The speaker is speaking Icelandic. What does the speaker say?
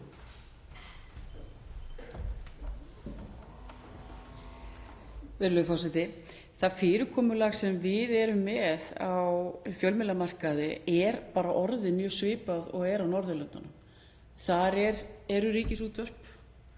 Það fyrirkomulag sem við erum með á fjölmiðlamarkaði er orðið mjög svipað og er á Norðurlöndunum. Þar er ríkisútvarp.